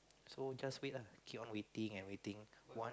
so just wait lah keep on waiting and waiting one